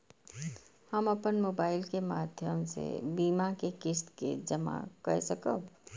हम अपन मोबाइल के माध्यम से बीमा के किस्त के जमा कै सकब?